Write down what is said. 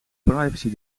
privacy